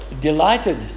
delighted